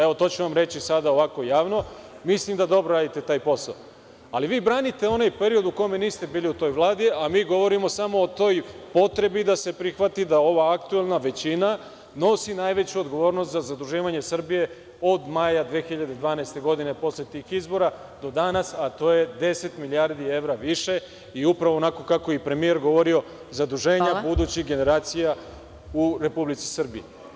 Evo, to ću vam reći sada ovako javno, mislim da dobro radite taj posao, ali vi branite onaj period u kome niste bili u toj Vladi, a mi govorimo samo o toj potrebi da se prihvati da ova aktuelna većina nosi najveću odgovornost za zaduživanje Srbije od maja 2012. godine, posle tih izbora, do danas, a to je 10 milijardi evra više i, upravo onako kako je i premijer govorio, zaduženja budućih generacija u Republici Srbiji.